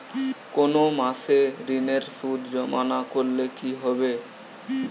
কোনো মাসে ঋণের সুদ জমা না করলে কি হবে?